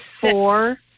four